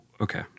Okay